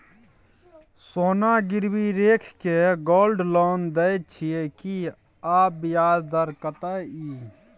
सोना गिरवी रैख के गोल्ड लोन दै छियै की, आ ब्याज दर कत्ते इ?